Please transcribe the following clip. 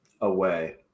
away